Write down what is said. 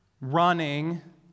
running